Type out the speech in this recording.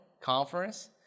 Conference